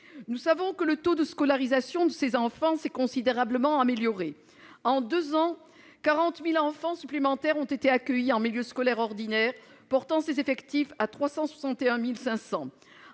Nous savons que le taux de scolarisation de ces enfants s'est considérablement amélioré. En deux ans, 40 000 enfants supplémentaires ont été accueillis en milieu scolaire ordinaire, portant ces effectifs à 361 500.